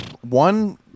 one